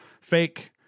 fake